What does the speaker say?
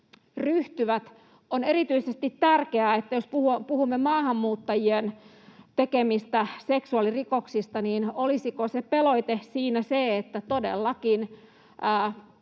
ryhtyvät. On erityisen tärkeää, että jos puhumme maahanmuuttajien tekemistä seksuaalirikoksista, niin olisiko se pelote siinä se, että todellakin